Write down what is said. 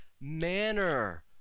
manner